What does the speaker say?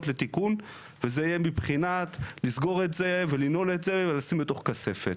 לתיקון וזה יהיה מבחינת לסגור את זה ולנעול את זה ולשים בתוך כספת.